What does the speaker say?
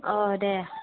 अ दे